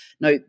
Now